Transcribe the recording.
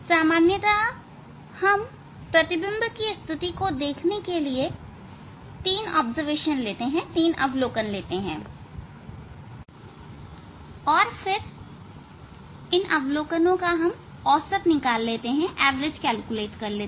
सामान्यतः हम प्रतिबिंब स्थिति को देखने के लिए तीन अवलोकन लेते हैं और फिर उनका औसत ले लेते हैं